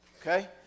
okay